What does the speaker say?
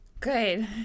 Good